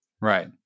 Right